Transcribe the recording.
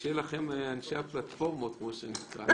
שיהיה לכם, אנשי הפלטפורמות, בהצלחה.